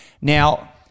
Now